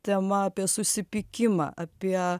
tema apie susipykimą apie